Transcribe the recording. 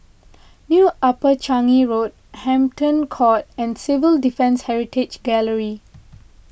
New Upper Changi Road Hampton Court and Civil Defence Heritage Gallery